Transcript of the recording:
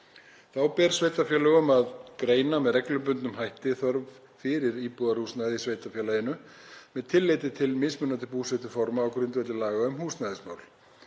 Þá ber sveitarfélögum að greina með reglubundnum hætti þörf fyrir íbúðarhúsnæði í sveitarfélaginu með tilliti til mismunandi búsetuforma á grundvelli laga um húsnæðismál.